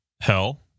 Hell